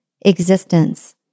existence